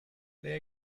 they